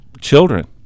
children